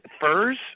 furs